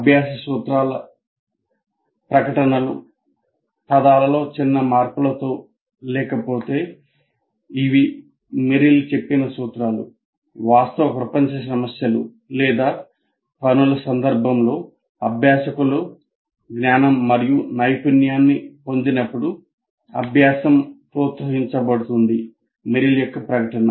అభ్యాస సూత్రాల ప్రకటనలు వాస్తవ ప్రపంచ సమస్యలు లేదా పనుల సందర్భంలో అభ్యాసకులు జ్ఞానం మరియు నైపుణ్యాన్ని పొందినప్పుడు అభ్యాసం ప్రోత్సహించబడుతుంది మెరిల్ యొక్క ప్రకటన